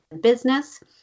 business